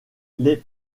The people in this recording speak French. les